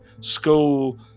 school